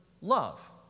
love